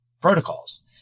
protocols